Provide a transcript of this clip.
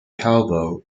calvo